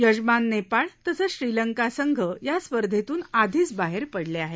यजमान नेपाळ तसंच श्रीलंका संघ या स्पर्धेतून आधिच बाहेर पडले आहेत